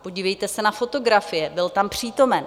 Podívejte se na fotografie, byl tam přítomen.